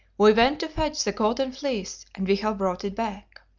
we went to fetch the golden fleece and we have brought it back.